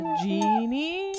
genie